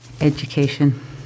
Education